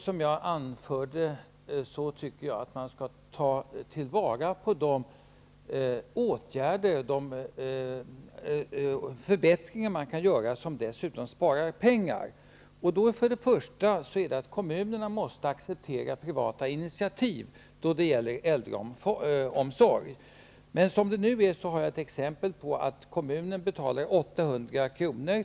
Som jag redan anfört tycker jag att man skall ta vara på de möjligheter till förbättringar som kan göras och som dessutom innebär att pengar kan sparas. Kommunerna måste acceptera privata initiativ då det gäller äldreomsorg. Som det nu är har jag ett exempel på att kommunen betalar 800 kr.